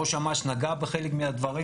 ראש אמ"ש נגע בחלק מהדברים.